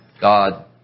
God